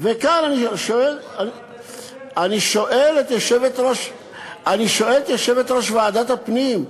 אני שואל את יושבת-ראש ועדת הפנים: